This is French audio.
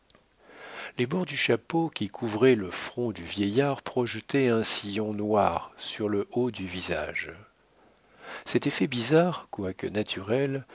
les bords du chapeau qui couvrait le front du vieillard projetaient un sillon noir sur le haut du visage cet effet bizarre quoique naturel